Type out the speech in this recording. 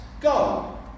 Go